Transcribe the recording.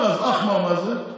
אז אחמר, מה זה?